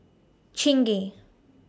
Chingay